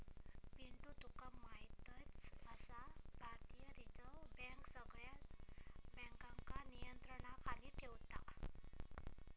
पिंटू तुका म्हायतच आसा, भारतीय रिझर्व बँक सगळ्या बँकांका नियंत्रणाखाली ठेवता